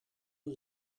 een